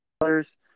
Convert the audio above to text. others